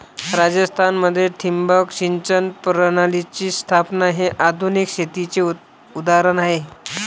राजस्थान मध्ये ठिबक सिंचन प्रणालीची स्थापना हे आधुनिक शेतीचे उदाहरण आहे